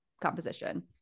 composition